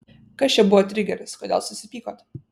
kas čia buvo trigeris kodėl susipykot